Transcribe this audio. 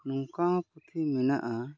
ᱱᱚᱝᱠᱟ ᱦᱚᱸ ᱯᱩᱛᱷᱤ ᱢᱮᱱᱟᱜᱼᱟ